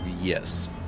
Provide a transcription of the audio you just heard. Yes